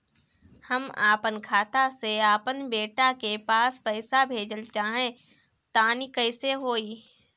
हम आपन खाता से आपन बेटा के पास पईसा भेजल चाह तानि कइसे होई?